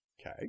Okay